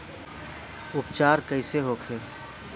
उपचार कईसे होखे?